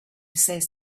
says